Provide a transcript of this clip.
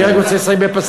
אני רק רוצה לסיים בפסוק.